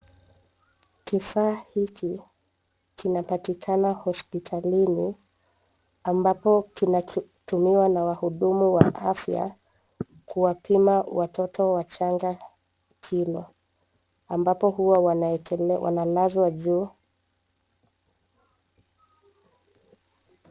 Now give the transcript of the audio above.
Kifaa hiki kinapatikana hospitalini, ambapo kinatumiwa na wahudumu wa afya kuwapima watoto wachanga kilo; ambapo huwa wanalazwa juu.